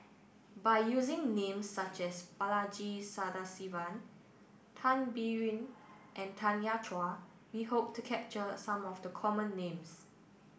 by using names such as Balaji Sadasivan Tan Biyun and Tanya Chua we hope to capture some of the common names